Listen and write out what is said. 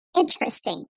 interesting